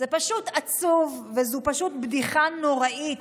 פשוט עצוב, וזאת פשוט בדיחה נוראית,